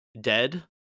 dead